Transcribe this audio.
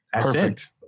perfect